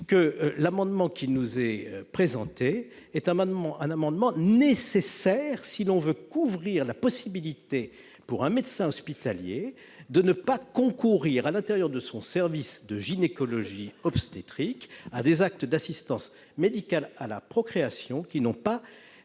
L'amendement présenté par M. Retailleau est donc nécessaire si l'on veut couvrir la possibilité pour un médecin hospitalier de ne pas concourir, à l'intérieur de son service de gynécologie obstétrique, à des actes d'assistance médicale à la procréation qui n'ont pas